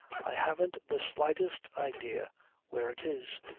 i haven't the slightest idea where it is.